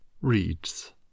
reads